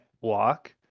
walk